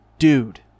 Dude